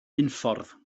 unffordd